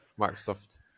Microsoft